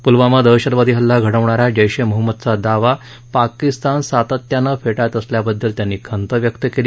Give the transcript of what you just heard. प्लवामा दहशतवादी हल्ला घडवणा या जैश ए मोहम्मदचा दावा पाकिस्तान सातत्यानं फेटाळत असल्याबद्दल त्यांनी खंत व्यक्त केली